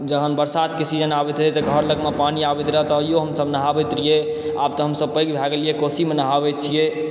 जहन बरसातके सीजन आबैत रहय तऽ घर लगमे पानी आबैत रहय ताहिओ हमसभ नहाबैत रहियै आब तऽ हमसभ पैघ भय गेलियै कोसीमे नहाबैत छियै